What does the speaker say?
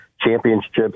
championships